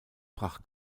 brach